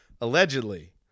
allegedly